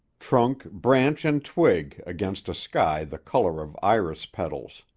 trunk, branch, and twig, against a sky the color of iris petals.